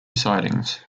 sidings